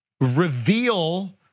Reveal